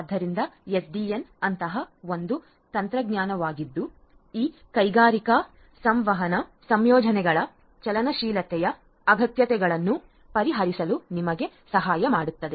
ಆದ್ದರಿಂದ ಎಸ್ಡಿಎನ್ ಅಂತಹ ಒಂದು ತಂತ್ರಜ್ಞಾನವಾಗಿದ್ದು ಈ ಕೈಗಾರಿಕಾ ಸಂವಹನ ಸಂಯೋಜನೆಗಳ ಚಲನಶೀಲತೆಯ ಅಗತ್ಯತೆಗಳನ್ನು ಪರಿಹರಿಸಲು ನಿಮಗೆ ಸಹಾಯ ಮಾಡುತ್ತದೆ